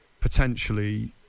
potentially